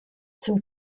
zum